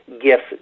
gifts